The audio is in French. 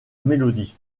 mélodie